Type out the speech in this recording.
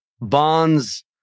bonds